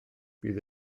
bydd